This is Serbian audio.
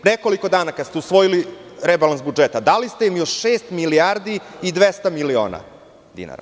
Pre nekoliko dana, kad ste usvojili rebalans budžeta, dali ste im još šest milijardi i 200 miliona dinara.